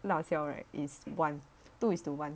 辣椒 right is one two is to one